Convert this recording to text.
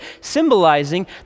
symbolizing